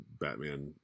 Batman